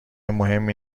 مهمی